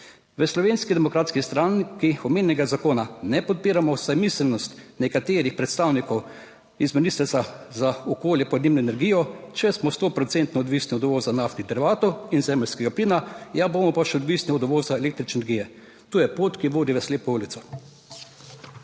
V Slovenski demokratski stranki omenjenega zakona ne podpiramo, saj miselnost nekaterih predstavnikov iz Ministrstva za okolje, podnebne energijo, če smo sto procentno odvisni od uvoza naftnih derivatov in zemeljskega plina, ja, bomo pa še odvisni od uvoza električne energije. To je pot, ki vodi v slepo ulico.